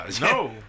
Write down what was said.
no